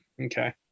Okay